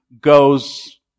goes